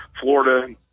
Florida